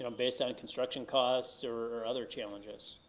um based on construction costs or other challenges.